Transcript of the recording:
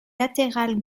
latérale